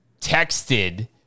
texted